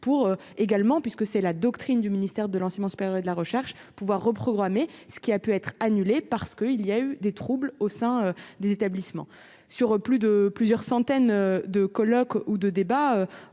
pour également puisque c'est la doctrine du ministère de l'enseignement supérieur et de la recherche, pouvoir reprogrammer ce qui a pu être annulé parce que il y a eu des troubles au sein des établissements sur plus de plusieurs centaines de colloques ou de débats,